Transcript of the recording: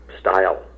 style